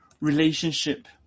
relationship